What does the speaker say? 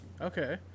Okay